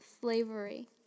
slavery